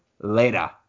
Later